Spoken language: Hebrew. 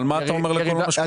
אבל מה אתה אומר לכל המשקיעים?